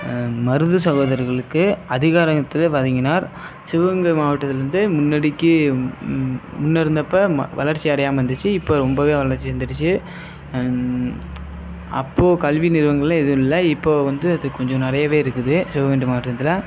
மருது சகோதரிகளுக்கு அதிகாரத்தை வழங்கினார் சிவகங்கை மாவட்டத்திலிருந்து முன்னாடிக்கு முன்னே இருந்தப்போ வளர்ச்சியடையாமல் இருந்துச்சு இப்போ ரொம்பவே வளர்ச்சி வந்துருச்சு அப்போது கல்வி நிறுவனங்களெலாம் எதுவும் இல்லை இப்போது வந்து அது கொஞ்சம் நிறையவே இருக்குது சிவகங்கை மாவட்டத்தில்